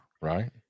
right